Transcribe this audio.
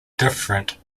different